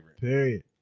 Period